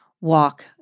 walk